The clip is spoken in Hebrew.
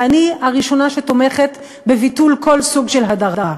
ואני הראשונה שתומכת בביטול כל סוג של הדרה.